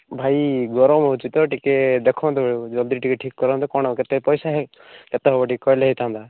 ଭାଇ ଗରମ ହେଉଛି ତ ଟିକେ ଦେଖନ୍ତୁ ଜଲ୍ଦି ଟିକେ ଠିକ୍ କରନ୍ତୁ କ'ଣ କେତେ ପଇସା ହେ କେତେ ହେବ ଟିକେ କହିଲେ ହେଇଥାନ୍ତା